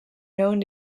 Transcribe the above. known